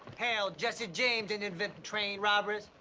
hell, jesse james didn't invent the train robberies.